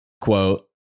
quote